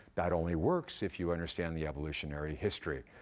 that only works if you understand the evolutionary history.